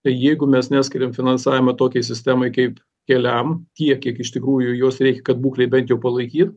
tai jeigu mes neskiriam finansavimą tokiai sistemai kaip keliam tiek kiek iš tikrųjų jos reikia kad būklei bent jau palaikyt